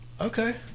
Okay